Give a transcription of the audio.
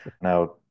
Now